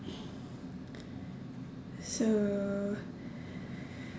so